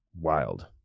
wild